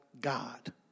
God